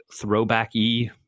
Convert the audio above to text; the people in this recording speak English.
throwbacky